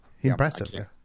impressive